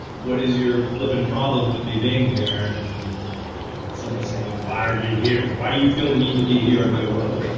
what is your flipping problem with me being here? and you know somebody saying, why are you here? why do you feel the need to be here in my world?